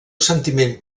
sentiment